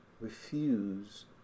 refuse